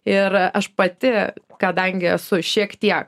ir aš pati kadangi esu šiek tiek